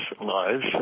lives